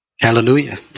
hallelujah